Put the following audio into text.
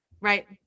Right